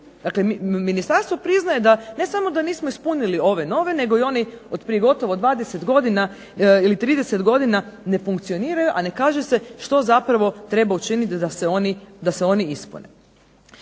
Dakle, ministarstvo priznaje da ne samo da nismo ispunili ove nove nego i oni od prije gotovo 20 godina ili 30 godina ne funkcioniraju, a ne kaže se što zapravo treba učiniti da se oni ispune.